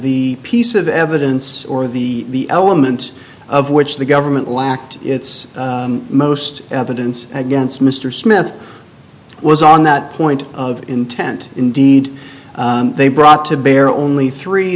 the piece of evidence or the element of which the government lacked its most evidence against mr smith was on that point of intent indeed they brought to bear only three